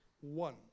one